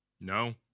No